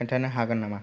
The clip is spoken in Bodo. खोनथानो हागोन नामा